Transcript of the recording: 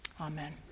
Amen